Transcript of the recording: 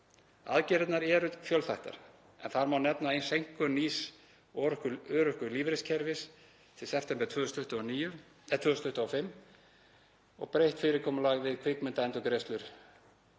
Aðgerðirnar eru fjölþættar en þar má nefna seinkun nýs örorkulífeyriskerfis til september 2025 og breytt fyrirkomulag við kvikmyndaendurgreiðslur,